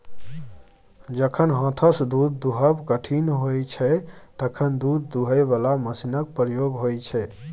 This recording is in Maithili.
जखन हाथसँ दुध दुहब कठिन होइ छै तखन दुध दुहय बला मशीनक प्रयोग होइ छै